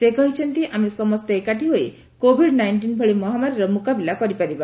ସେ କହିଛନ୍ତି ଆମେ ସମସ୍ତେ ଏକାଠି ହୋଇ କୋଭିଡ ନାଇଣ୍ଟିନ୍ ଭଳି ମହାମାରୀର ମୁକାବିଲା କରିପାରିବା